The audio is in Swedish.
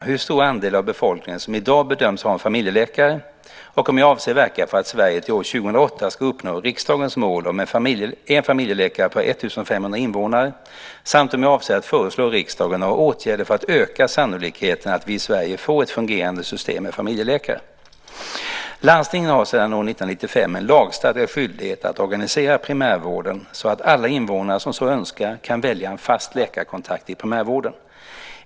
Fru talman! Bo Könberg har frågat mig om jag har låtit utreda hur stor andel av befolkningen som i dag bedöms ha en familjeläkare, om jag avser verka för att Sverige till år 2008 ska uppnå riksdagens mål om en familjeläkare per 1 500 invånare samt om jag avser att föreslå riksdagen några åtgärder för att öka sannolikheten att vi i Sverige får ett fungerande system med familjeläkare. Landstingen har sedan år 1995 en lagstadgad skyldighet att organisera primärvården så att alla invånare som så önskar kan välja en fast läkarkontakt i primärvården.